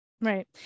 Right